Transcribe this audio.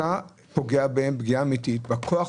אתה פוגע בהם פגיעה אמיתית בכוח,